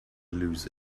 lose